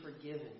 forgiven